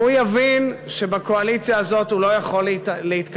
והוא יבין שבקואליציה הזאת הוא לא יכול להתקדם.